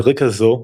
על רקע זו,